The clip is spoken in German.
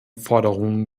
forderungen